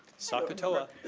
socotowa,